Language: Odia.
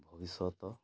ଭବିଷ୍ୟତ